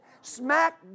Smack